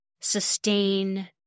sustain